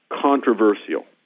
controversial